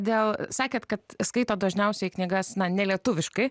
dėl sakėt kad skaitot dažniausiai knygas na nelietuviškai